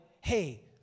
hey